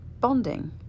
bonding